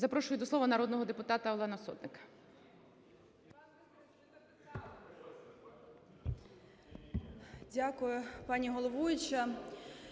Запрошую до слова народного депутата Олену Сотник.